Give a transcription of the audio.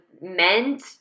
meant